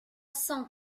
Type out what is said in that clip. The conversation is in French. cent